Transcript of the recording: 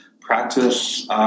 practice